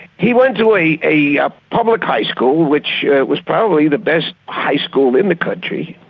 he went to a a ah public high school, which was probably the best high school in the country,